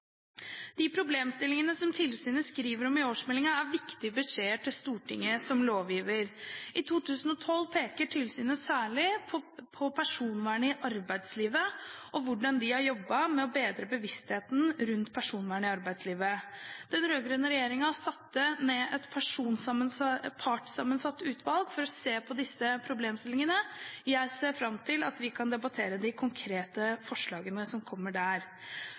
De problemstillingene som tilsynet skriver om i årsmeldingen, er viktige beskjeder til Stortinget som lovgiver. I 2012 peker tilsynet særlig på personvernet i arbeidslivet og hvordan de har jobbet med å bedre bevisstheten rundt personvernet i arbeidslivet. Den rød-grønne regjeringen satte ned et partssammensatt utvalg for å se på disse problemstillingene. Jeg ser fram til at vi kan debattere de konkrete forslagene som kommer der.